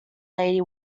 lady